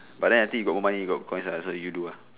but then I think you got more money you got coin uh so you do ah